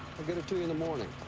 i'll get it to you in the morning.